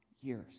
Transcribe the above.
years